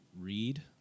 read